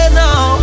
now